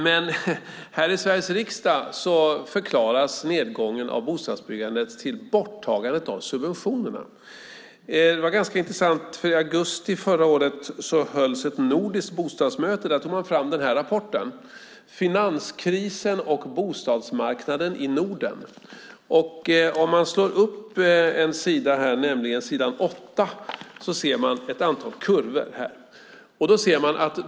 Men här i Sveriges riksdag förklaras nedgången av bostadsbyggandet med borttagandet av subventionerna. I augusti förra året hölls ett nordiskt bostadsmöte, där man tog fram den här rapporten, Finanskrisen och bostadsmarknaden i Norden . Om man slår upp s. 8 ser man ett antal kurvor.